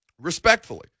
Respectfully